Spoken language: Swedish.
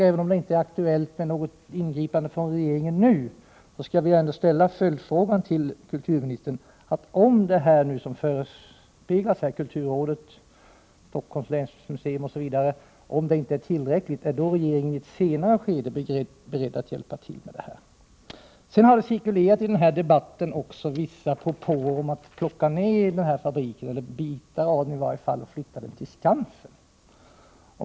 Även om det inte är aktuellt med något ingripande från regeringen nu, skulle jag vilja ställa en följdfråga till kulturministern: Om det som förespeglas oss i svaret, att bl.a. kulturrådet, Stockholms länsmuseum m.fl. arbetar för ett bevarande av fabriken, inte är tillräckligt, är regeringen då beredd att i ett senare skede hjälpa till? Det har också cirkulerat vissa propåer om att fabriken skulle plockas ner och delar av den flyttas till Skansen.